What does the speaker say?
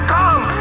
come